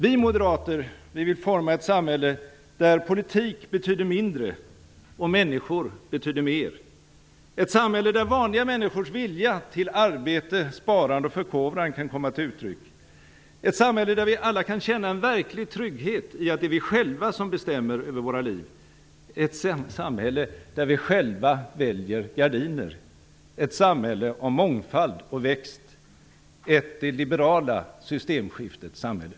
Vi moderater vill forma ett samhälle där politik betyder mindre och människor betyder mer, ett samhälle där vanliga människors vilja till arbete, sparande och förkovran kan komma till uttryck, ett samhälle där vi alla kan känna en verklig trygghet i att det är vi själva som bestämmer över våra liv, ett samhälle där vi själva väljer gardiner - ett samhälle av mångfald och växt, ett det liberala systemskiftets samhälle.